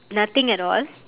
nothing at all